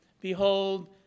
behold